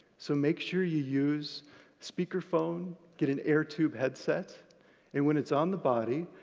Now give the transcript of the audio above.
so make sure you use speakerphone, get an air-tube headset and when it's on the body,